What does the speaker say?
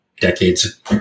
decades